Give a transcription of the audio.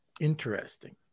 Interesting